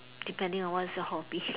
depending on what is the hobby